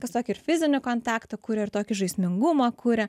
kas tokį ir fizinį kontaktą kuria ir tokį žaismingumą kuria